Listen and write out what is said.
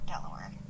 Delaware